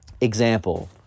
example